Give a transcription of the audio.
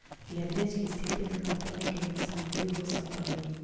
leverage के स्थिति में कंपनी के नुकसान भी हो सकऽ हई